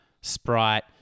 Sprite